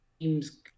teams